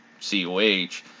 COH